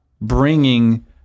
bringing